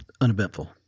uneventful